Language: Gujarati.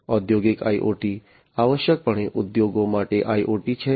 ઔદ્યોગિક IoT આવશ્યકપણે ઉદ્યોગો માટે IoT છે